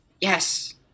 Yes